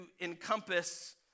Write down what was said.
encompass